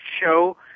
show